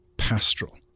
pastoral